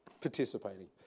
participating